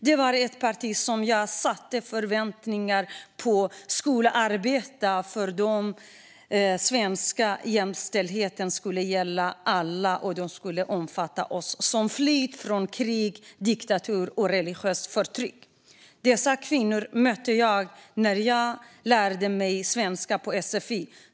Det var ett parti som jag förväntade mig skulle arbeta för att den svenska jämställdheten skulle gälla alla. Den skulle omfatta även oss som har flytt från krig, diktatur och religiöst förtryck. Jag mötte dessa kvinnor när jag lärde mig svenska på sfi.